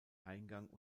eingang